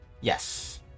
Yes